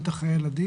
בטח חיי ילדים,